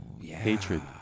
Hatred